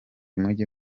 mujye